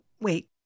wait